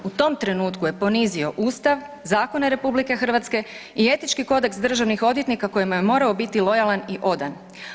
U tom trenutku je ponizio ustav, zakone RH i etički kodeks državnih odvjetnika kojima je morao biti lojalan i odan.